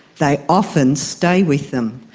they often stay with them.